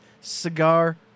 cigar